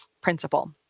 principle